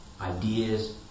Ideas